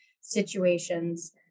situations